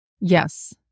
Yes